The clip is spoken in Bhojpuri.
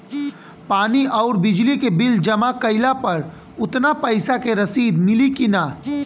पानी आउरबिजली के बिल जमा कईला पर उतना पईसा के रसिद मिली की न?